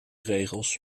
regels